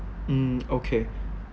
mm okay